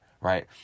right